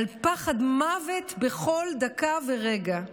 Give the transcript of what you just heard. פחד מוות בכל דקה ורגע.